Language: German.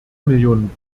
millionen